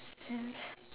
yes